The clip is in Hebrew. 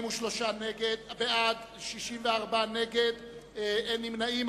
42 בעד, 64 נגד, אין נמנעים.